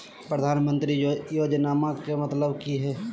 प्रधानमंत्री योजनामा के मतलब कि हय?